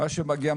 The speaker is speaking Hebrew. מה שמגיע,